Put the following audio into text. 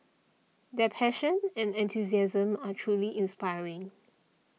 their passion and enthusiasm are truly inspiring